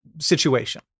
situation